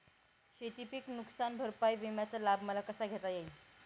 शेतीपीक नुकसान भरपाई विम्याचा लाभ मला कसा घेता येईल?